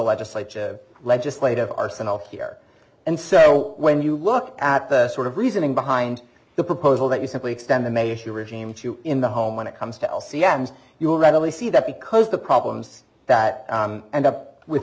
legislature legislative arsenal here and so when you look at the sort of reasoning behind the proposal that you simply extend the may issue regime to in the home when it comes to oil cm's you will readily see that because the problems that end up with